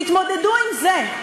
תתמודדו עם זה.